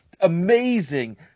amazing